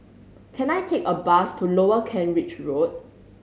can I take a bus to Lower Kent Ridge Road